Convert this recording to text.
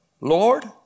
Lord